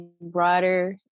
broader